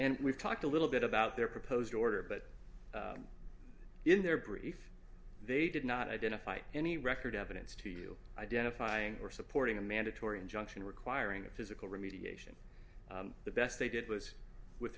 and we've talked a little bit about their proposed order but in their brief they did not identify any record evidence to you identifying or supporting a mandatory injunction requiring a physical remediation the best they did was with